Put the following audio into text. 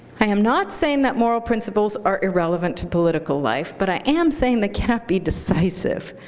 i am not saying that moral principles are irrelevant to political life. but i am saying they can't be decisive.